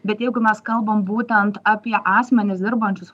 bet jeigu mes kalbam būtent apie asmenis dirbančius